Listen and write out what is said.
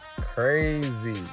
crazy